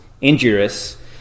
injurious